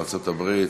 מארצות-הברית,